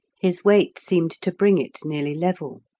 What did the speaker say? his weight seemed to bring it nearly level.